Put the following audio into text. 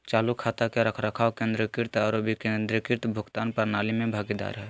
चालू खाता के रखरखाव केंद्रीकृत आरो विकेंद्रीकृत भुगतान प्रणाली में भागीदार हइ